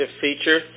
feature